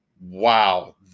wow